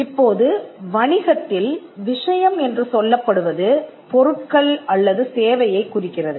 இப்போது வணிகத்தில் விஷயம் என்று சொல்லப்படுவது பொருட்கள் அல்லது சேவையைக் குறிக்கிறது